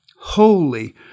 holy